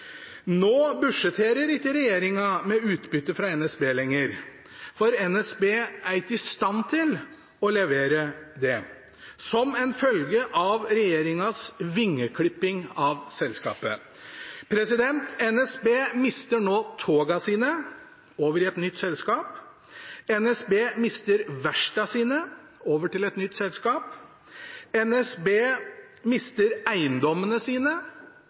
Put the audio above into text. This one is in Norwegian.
Nå budsjetterer ikke regjeringen med utbytte fra NSB lenger, for NSB er ikke i stand til å levere det, som en følge av regjeringens vingeklipping av selskapet. NSB mister nå togene sine til et nytt selskap, NSB mister verkstedene sine til et nytt selskap, NSB mister eiendommene sine,